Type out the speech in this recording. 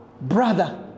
brother